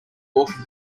walking